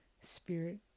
spirit